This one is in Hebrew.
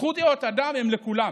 זכויות אדם הן לכולם,